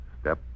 step